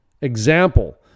example